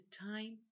time